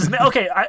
Okay